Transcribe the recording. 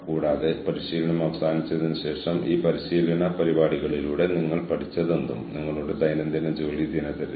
കൂടാതെ മാനവ വിഭവശേഷിയുടെ അടിത്തറയിലും മാനവ വിഭവശേഷിയുടെ ഉറവിടങ്ങളിലും മാനവ വിഭവശേഷി പ്രവർത്തനങ്ങളുടെ പ്രതികൂല ഫലങ്ങൾ വിലയിരുത്തുന്നതിനും കണക്കാക്കുന്നതിനും